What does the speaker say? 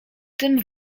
tym